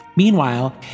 Meanwhile